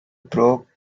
broke